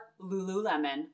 Lululemon